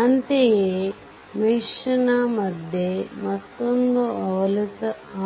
ಅಂತೆಯೇ ಮೆಶ್ ನ ಮದ್ಯೆ ಮತ್ತೊಂದು